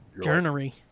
Journey